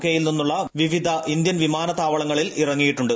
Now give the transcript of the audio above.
കെയിൽ നിന്നുളള വിവിധ ഇന്ത്യൻ വിമാനത്താവളങ്ങളിൽ ഇറങ്ങിയിട്ടുണ്ട്